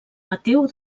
mateu